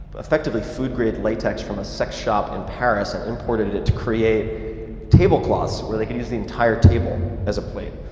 effectively food-grade latex from a sex shop in paris and imported it to create tablecloths where they could use the entire table as a plate.